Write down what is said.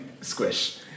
Squish